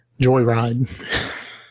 Joyride